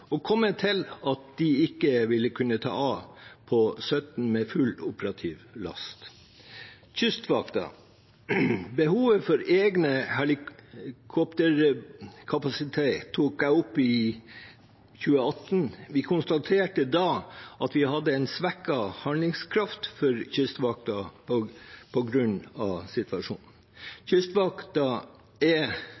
og kommet til at de ikke ville kunne ta av på bane 17 med full operativ last. Kystvakta og behovet for egen helikopterkapasitet tok jeg opp i 2018. Vi konstaterte da at vi hadde svekket handlingskraft for Kystvakta på grunn av situasjonen.